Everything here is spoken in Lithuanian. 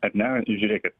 ar ne žiūrėkit